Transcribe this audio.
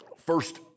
First